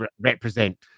represent